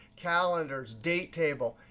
calendars, date table,